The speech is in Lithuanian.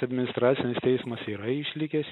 administracinis teismas yra išlikęs